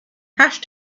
hash